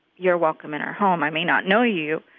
you're welcome in our home. i may not know you,